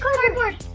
cardboard.